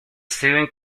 steve